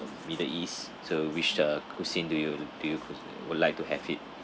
middle east so which uh cuisine do you do you co~ would like to have it